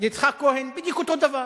יצחק כהן, בדיוק אותו הדבר.